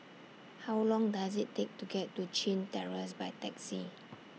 How Long Does IT Take to get to Chin Terrace By Taxi